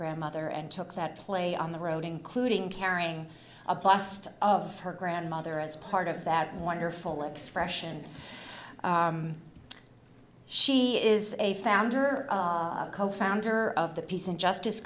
grandmother and took that play on the road including carrying a blast of her grandmother as part of that wonderful expression she is a founder co founder of the peace and justice